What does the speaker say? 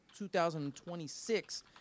2026